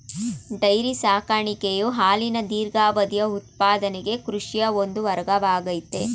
dairy ಸಾಕಾಣಿಕೆಯು ಹಾಲಿನ ದೀರ್ಘಾವಧಿಯ ಉತ್ಪಾದನೆಗೆ ಕೃಷಿಯ ಒಂದು ವರ್ಗವಾಗಯ್ತೆ